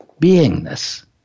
beingness